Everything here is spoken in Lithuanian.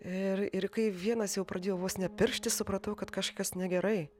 ir ir kai vienas jau pradėjo vos ne pirštis supratau kad kažkas negerai